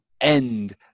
end